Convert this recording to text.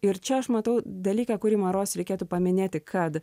ir čia aš matau dalyką kurį ma ros reikėtų paminėti kad